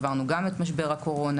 עברנו גם את משבר הקורונה,